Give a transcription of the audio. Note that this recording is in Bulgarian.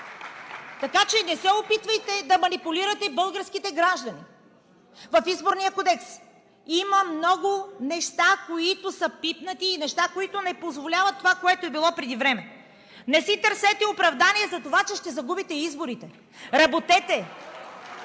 Така че не се опитвайте да манипулирате българските граждани. В Изборния кодекс има много неща, които са пипнати и които не позволяват това, което е било преди време. Не си търсете оправдание за това, че ще загубите изборите.